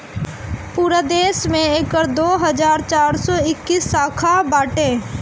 पूरा देस में एकर दो हज़ार चार सौ इक्कीस शाखा बाटे